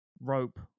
rope